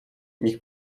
ich